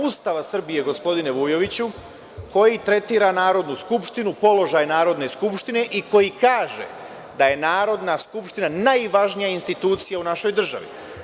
Ustava Srbije, gospodine Vujoviću, koji tretira Narodnu skupštinu, položaj Narodne skupštine i koji kaže da je Narodna skupština najvažnija institucija u našoj državi.